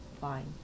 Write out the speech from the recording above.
Fine